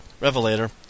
Revelator